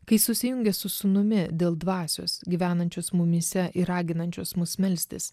kai susijungia su sūnumi dėl dvasios gyvenančios mumyse ir raginančios mus melstis